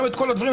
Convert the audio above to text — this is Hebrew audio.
גם את כל הדברים.